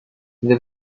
the